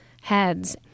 heads